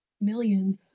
millions